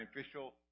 official